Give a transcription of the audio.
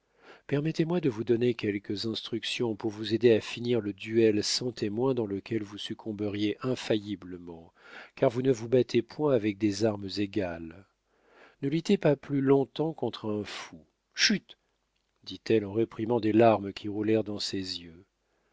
permettez-moi de vous donner quelques instructions pour vous aider à finir le duel sans témoins dans lequel vous succomberiez infailliblement car vous ne vous battez point avec des armes égales ne luttez pas plus long-temps contre un fou chut dit-elle en réprimant des larmes qui roulèrent dans ses yeux